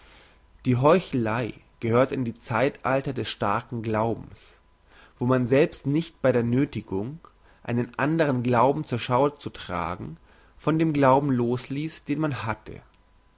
die heuchelei gehört in die zeitalter des starken glaubens wo man selbst nicht bei der nöthigung einen andern glauben zur schau zu tragen von dem glauben losliess den man hatte